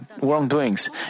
wrongdoings